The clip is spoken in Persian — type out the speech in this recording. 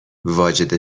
واجد